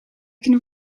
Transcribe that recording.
can